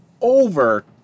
over